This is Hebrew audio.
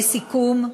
לסיכום,